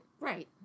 right